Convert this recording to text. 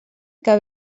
que